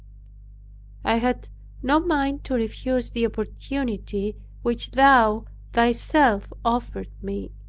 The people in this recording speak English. i had no mind to refuse the opportunity which thou thyself offered me